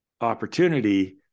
opportunity